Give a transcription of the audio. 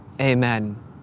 amen